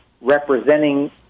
representing